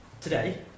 Today